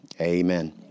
Amen